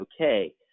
okay